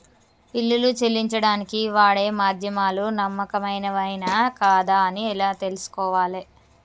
బిల్లులు చెల్లించడానికి వాడే మాధ్యమాలు నమ్మకమైనవేనా కాదా అని ఎలా తెలుసుకోవాలే?